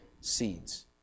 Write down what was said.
seeds